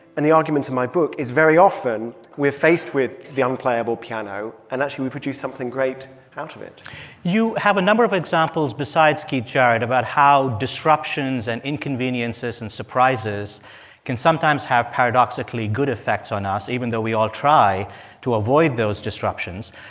and the argument in my book is very often we're faced with the unplayable piano and actually we produce something great out of it you have a number of examples besides keith jarrett about how disruptions and inconveniences and surprises can sometimes have paradoxically good effects on us, even though we all try to avoid those disruptions.